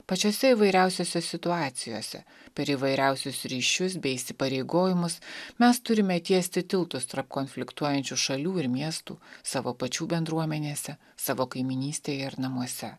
pačiose įvairiausiose situacijose per įvairiausius ryšius bei įsipareigojimus mes turime tiesti tiltus tarp konfliktuojančių šalių ir miestų savo pačių bendruomenėse savo kaimynystėje ir namuose